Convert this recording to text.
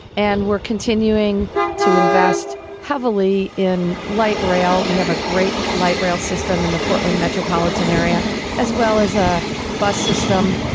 and we're continuing to invest heavily in light rail. we have a great light rail system in the portland metropolitan area as well as a bus system.